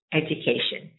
education